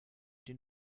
den